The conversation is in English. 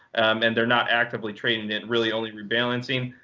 and they're not actively trading it, really only rebalancing.